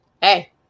Hey